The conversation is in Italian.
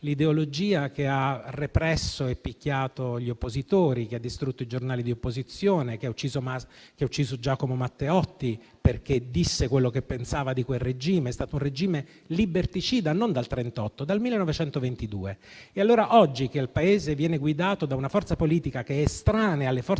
l'ideologia che ha represso e picchiato gli oppositori, che ha distrutto i giornali di opposizione e che ha ucciso Giacomo Matteotti, perché disse quello che pensava di quel regime; è stato un regime liberticida non dal 1938, ma dal 1922. Allora, oggi che il Paese viene guidato da una forza politica che è estranea a quelle che